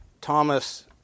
Thomas